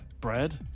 Bread